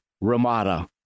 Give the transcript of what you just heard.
Ramada